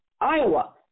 Iowa